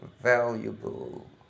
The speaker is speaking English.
valuable